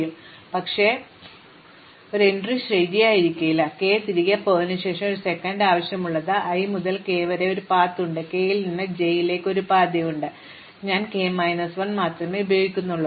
മറുവശത്ത് ഒരുപക്ഷേ എനിക്ക് ഒരു എൻട്രി ശരിയായിരിക്കില്ല k തിരികെ പോയതിനുശേഷം പക്ഷേ ഒരു സെക്കൻഡ് ആവശ്യമുള്ളത് i മുതൽ k ലേക്ക് ഒരു പാതയുണ്ട് k ൽ നിന്ന് j ലേക്ക് ഒരു പാതയുണ്ട് ഇവിടെ ഞാൻ k മൈനസ് 1 മാത്രമേ ഉപയോഗിക്കുന്നുള്ളൂ